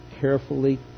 carefully